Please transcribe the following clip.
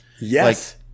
Yes